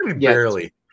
Barely